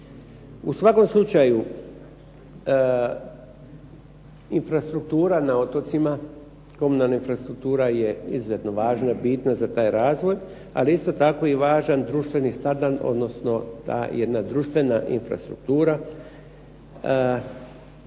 U svakom slučaju infrastruktura na otocima, komunalna infrastruktura je izuzetno važna, bitna za taj razvoj, ali isto tako i važan društveni standard odnosno ta jedna društvena infrastruktura.